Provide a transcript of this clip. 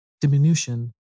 diminution